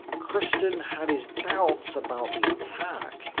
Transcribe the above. christern had his doubts about the attack,